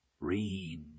read